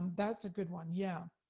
that's a good one, yeah.